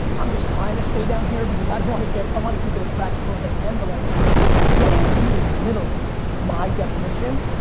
i'm just trying to stay down here because i don't wanna get, i wanna keep it as practical as i can, but like getting it to me is literally, my definition,